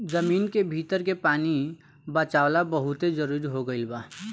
जमीन के भीतर के पानी के बचावल बहुते जरुरी हो गईल बा